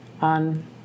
on